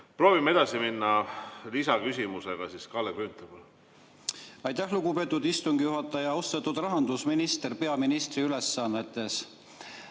Proovime edasi minna lisaküsimusega. Kalle Grünthal, palun! Aitäh, lugupeetud istungi juhataja! Austatud rahandusminister peaministri ülesannetes!